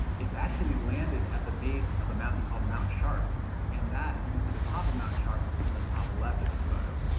it's actually landed at the base of a mountain called mount sharp and that you can see the top of mount sharp and the top left of this photo.